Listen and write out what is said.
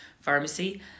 pharmacy